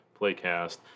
Playcast